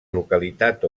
localitat